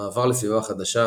מעבר לסביבה חדשה,